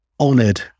Honored